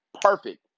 Perfect